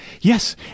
Yes